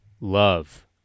love